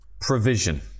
provision